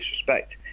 disrespect